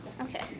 Okay